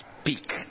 speak